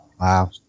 Wow